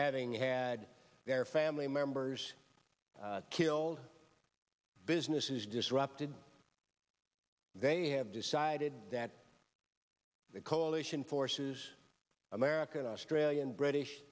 having had their family members killed businesses disrupted they have decided that the coalition forces american australian british